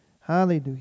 hallelujah